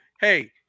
Hey